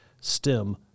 stem